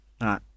Right